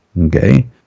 Okay